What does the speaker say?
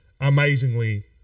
amazingly